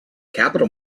capital